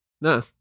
No